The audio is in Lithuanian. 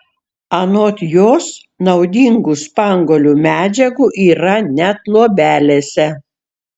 anot jos naudingų spanguolių medžiagų yra net luobelėse